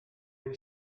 been